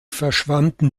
verschwanden